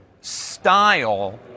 style